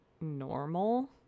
normal